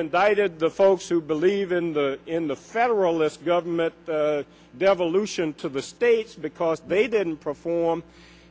indicted the folks who believe in the in the federalist government devolution to the states because they didn't perform